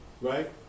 right